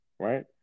Right